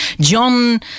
John